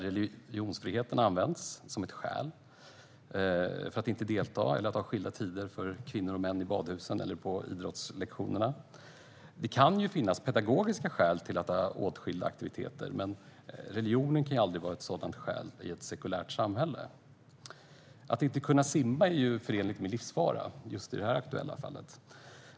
Religionsfriheten används som ett skäl för att inte delta eller för att ha skilda tider för kvinnor och män i badhusen eller på idrottslektionerna. Det kan ju finnas pedagogiska skäl till att ha åtskilda aktiviteter, men religionen kan aldrig vara ett sådant skäl i ett sekulärt samhälle. Att inte kunna simma är förenat med livsfara.